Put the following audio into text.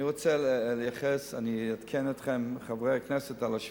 אני אעדכן אתכם, חברי הכנסת, גם על השביתה,